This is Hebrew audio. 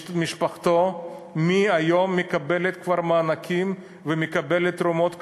משפחתו כבר מהיום מקבלת מענקים ומקבלת תרומות כספיות.